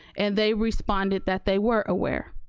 and they responded that they were aware,